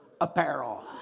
apparel